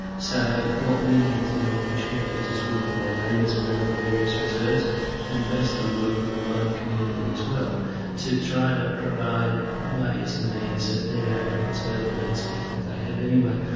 so what we need to do in bush heritage is work with our neighbours around the various reserves and basically work with the wider community as well to try to provide ways and means that they are able to conserve the landscape that they have anyway.